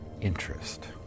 interest